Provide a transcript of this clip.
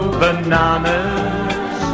bananas